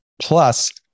Plus